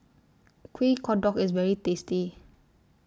Kuih Kodok IS very tasty